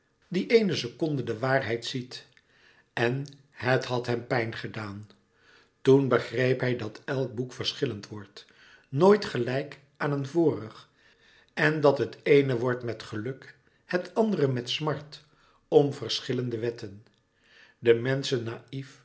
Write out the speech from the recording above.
die ééne seconde de waarheid ziet en het had hem pijn gedaan toen begreep hij dat elk boek verschillend wordt nooit gelijk aan een vorig louis couperus metamorfoze en dat het eene wordt met geluk het andere met smart om verschillende wetten de menschen naïf